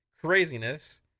craziness